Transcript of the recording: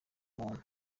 muntu